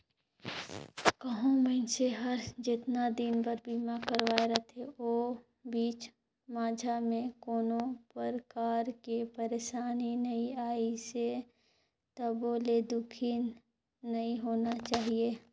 कहो मइनसे हर जेतना दिन बर बीमा करवाये रथे ओ बीच माझा मे कोनो परकार के परसानी नइ आइसे तभो ले दुखी नइ होना चाही